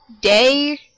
day